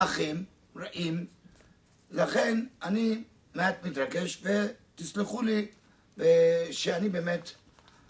אחים רעים לכן אני מעט מתרגש ותסלחו לי שאני באמת